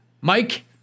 Mike